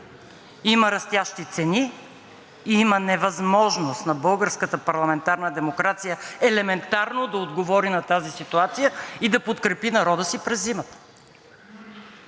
Има растящи цени, има невъзможност на българската парламентарна демокрация елементарно да отговори на тази ситуация и да подкрепи народа си през зимата.